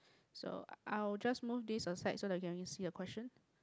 so I will just move this aside so that can we see the question